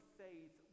faith